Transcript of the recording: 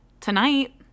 tonight